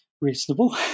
reasonable